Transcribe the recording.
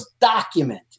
document